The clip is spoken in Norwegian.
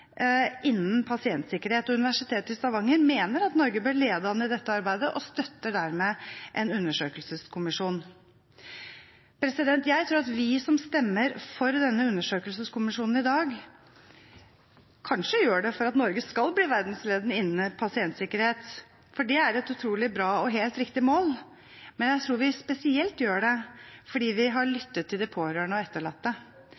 innen pasientsikkerhet, og Universitetet i Stavanger mener at Norge bør lede an i dette arbeidet, og støtter dermed en undersøkelseskommisjon. Jeg tror at vi som stemmer for denne undersøkelseskommisjonen i dag, kanskje gjør det for at Norge skal bli verdensledende innen pasientsikkerhet, for det er et utrolig bra og helt riktig mål, men jeg tror vi spesielt gjør det fordi vi har